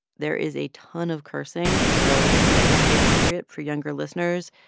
there is a ton of cursing, so it might not be appropriate for younger listeners.